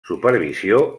supervisió